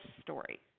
story